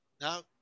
Now